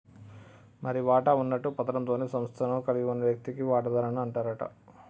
మరి వాటా ఉన్నట్టు పత్రం తోటే సంస్థను కలిగి ఉన్న వ్యక్తిని వాటాదారుడు అంటారట